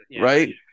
right